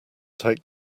take